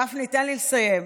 גפני, תן לי לסיים.